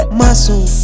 muscle